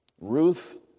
Ruth